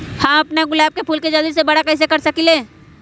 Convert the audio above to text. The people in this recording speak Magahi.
हम अपना गुलाब के फूल के जल्दी से बारा कईसे कर सकिंले?